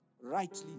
Rightly